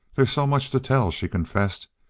they's so much to tell, she confessed,